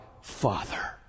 father